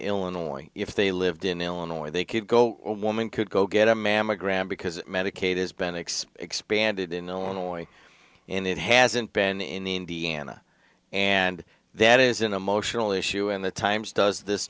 illinois if they lived in illinois or they could go woman could go get a mammogram because medicaid has bendix expanded in illinois and it hasn't been in indiana and that is an emotional issue in the times does this